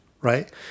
right